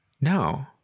No